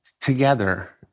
together